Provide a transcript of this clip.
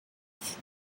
both